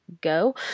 go